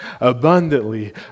abundantly